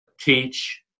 teach